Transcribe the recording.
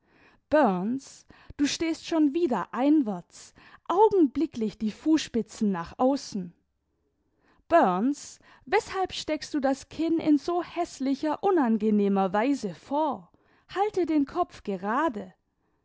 du stehst schon wieder einwärts augenblicklich die fußspitzen nach außen burns weshalb steckst du das kinn in so häßlicher unangenehmer weise vor halte den kopf gerade